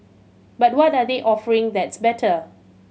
but what are they offering that's better